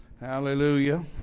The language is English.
Hallelujah